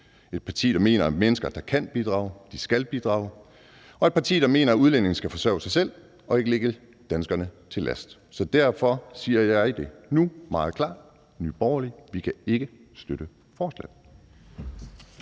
et parti, der mener, at mennesker, der kan bidrage, skal bidrage, og et parti, der mener, at udlændinge skal forsørge sig selv og ikke ligge danskerne til last. Så derfor siger jeg det nu meget klart: Nye Borgerlig kan ikke støtte forslaget.